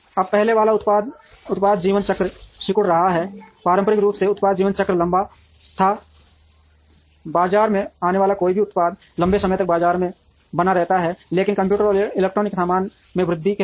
अब पहले वाला उत्पाद जीवन चक्र सिकुड़ रहा है पारंपरिक रूप से उत्पाद जीवन चक्र लंबा था बाजार में आने वाला कोई भी उत्पाद लंबे समय तक बाजार में बना रहता है लेकिन कंप्यूटर और इलेक्ट्रॉनिक सामान में वृद्धि के साथ